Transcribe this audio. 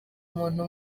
umuntu